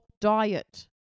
diet